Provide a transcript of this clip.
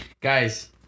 Guys